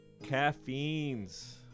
Caffeines